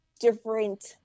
different